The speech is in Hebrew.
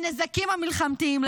הנזקים המלחמתיים,